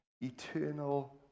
eternal